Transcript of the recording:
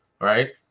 right